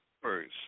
first